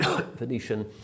Venetian